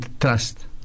trust